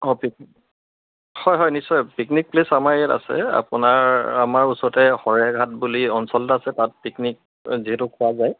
অঁ পিকনিক হয় হয় নিশ্চয় পিকনিক প্লেচ আমাৰ ইয়াত আছে আপোনাৰ আমাৰ ওচৰতে শৰাইঘাট বুলি অঞ্চল এটা আছে তাত পিকনিক যিহেতু খোৱা যায়